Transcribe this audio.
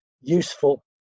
useful